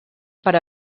per